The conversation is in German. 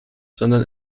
sondern